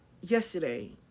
yesterday